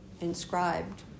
inscribed